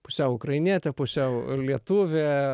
pusiau ukrainietė pusiau lietuvė